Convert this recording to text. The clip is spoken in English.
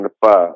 five